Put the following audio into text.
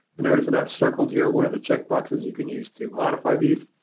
notice that i've circled here one of the check boxes you can use to modify these,